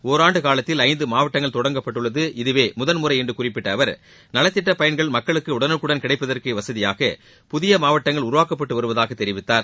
ஒராண்டு காலத்தில் ஐந்து மாவட்டங்கள் தொடங்கப்பட்டுள்ளது இதுவே முதன்முறை என்று குறிப்பிட்ட அவர் நலத்திட்ட பயன்கள் மக்களுக்கு உடனுக்குடன் கிடைப்பதற்கு வசதியாக புதிய மாவட்டங்கள் உருவாக்கப்பட்டு வருவதாக தெரிவித்தார்